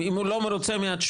אם הוא לא מרוצה מהתשובה,